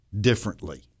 differently